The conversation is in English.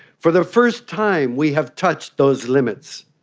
for the first time we have touched those limits.